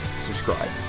subscribe